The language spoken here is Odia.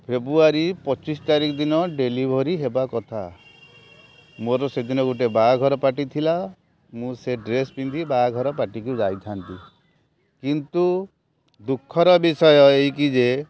ଫେବୃଆରୀ ପଚିଶ ତାରିଖ ଦିନ ଡେଲିଭରୀ ହେବାକଥା ମୋର ସେଦିନ ଗୋଟେ ବାହାଘର ପାର୍ଟି ଥିଲା ମୁଁ ସେ ଡ୍ରେସ୍ ପିନ୍ଧି ବାହାଘର ପାର୍ଟିକୁ ଯାଇଥାନ୍ତି କିନ୍ତୁ ଦୁଃଖର ବିଷୟ ଏହିକି ଯେ